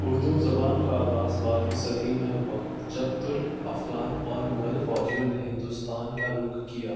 اردو زبان کا آغاز بارہویں صدی میں ہوا جب تر افغان اور مغل فوجیوں نے ہندوستان کا رک کیا